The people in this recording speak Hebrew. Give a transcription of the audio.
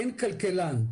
אין כלכלן,